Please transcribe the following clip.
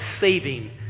saving